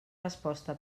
resposta